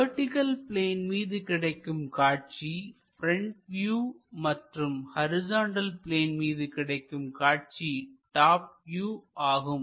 vertical plane மீது கிடைக்கும் காட்சி ப்ரெண்ட் வியூ மற்றும் ஹரிசாண்டல் பிளேன் மீது கிடைக்கும் காட்சி டாப் வியூ ஆகும்